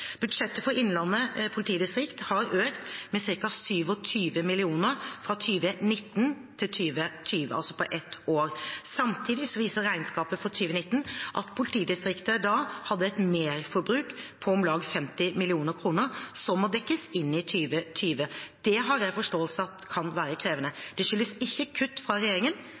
Budsjettet for Innlandet politidistrikt har økt med ca. 27 mill. kr fra 2019 til 2020, altså på ett år. Samtidig viser regnskapet for 2019 at politidistriktet da hadde et merforbruk på om lag 50 mill. kr, som må dekkes inn i 2020. Jeg har forståelse for at det kan være krevende. Det skyldes ikke kutt fra